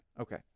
Okay